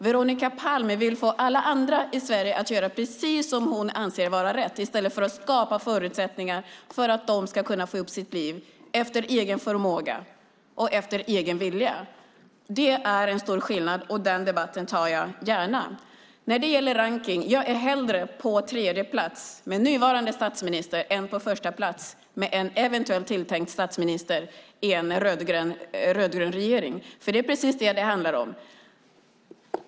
Veronica Palm vill få alla andra i Sverige att göra precis det som hon anser vara rätt i stället för att skapa förutsättningar för att de ska kunna få ihop sina liv efter egen förmåga och vilja. Det är en stor skillnad, och den debatten tar jag gärna. När det gäller rankningen är jag hellre på tredje plats med nuvarande statsminister än på första plats med en eventuell tilltänkt statsminister i en rödgrön regering. Det är precis det som det handlar om.